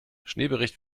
schneebericht